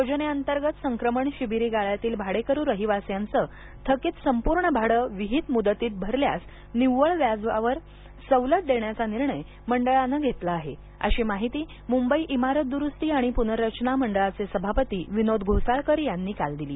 योजनेअंतर्गत संक्रमण शिबिरी गाळ्यातील भाडेकरू रहिवासी यांचं थकीत संपूर्ण भाडं विहित मुदतीत भरल्यास निव्वळ व्याजावर सवलत देण्याचा निर्णय मंडळाने घेतला आहे अशी माहिती मुंबई इमारत दुरुस्ती व पुनर्रचना मंडळाचे सभापती विनोद घोसाळकर यांनी काल दिली